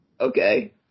Okay